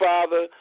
Father